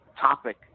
topic